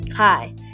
Hi